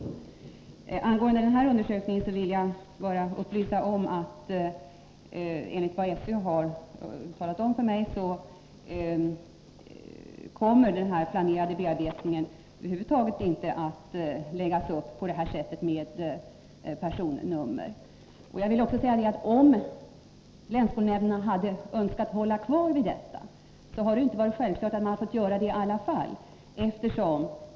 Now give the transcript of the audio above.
Beträffande den aktuella undersökningen vill jag bara upplysa om att, enligt vad SÖ har talat om för mig, den planerade bearbetningen över huvud taget inte kommer att läggas upp på grundval av personnummer. Jag vill också säga att om länsskolnämnderna hade önskat hålla kvar vid detta, är det ändå inte självklart att de fått göra det.